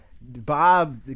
Bob